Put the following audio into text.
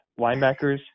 linebackers –